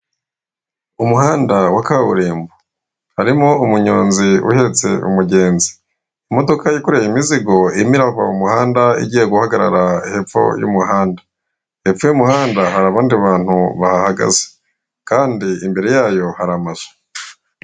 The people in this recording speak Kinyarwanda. Umuhanda wa kaburimbo, harimo umunyonzi uhetse umugenzi, imodoka yikoreye imizigo irimo irava mu muhanda igiye guhagarara hepfo y'umuhanda, hepfo y'umuhanda hari abandi bantu bahahagaze kandi imbere yayo hari amazu.